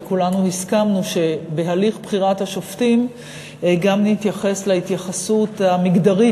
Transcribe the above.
וכולנו הסכמנו שבהליך בחירת השופטים גם נתייחס להתייחסות המגדרית,